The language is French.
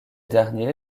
derniers